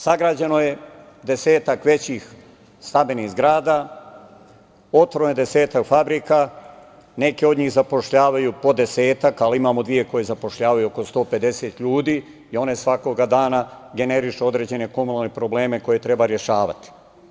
Sagrađeno je 10 tak većih stambenih zgrada, otvoreno je desetak fabrika, neke od njih zapošljavaju po desetak, ali imamo oko dve koje zapošljavaju oko 150 ljudi i one svakog dana generišu određene komunalne probleme koje treba rešavati.